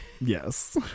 Yes